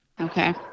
Okay